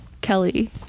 Kelly